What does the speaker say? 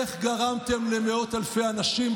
איך גרמתם למאות אלפי אנשים,